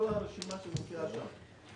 כל הרשימה שנמצאת שם.